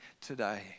today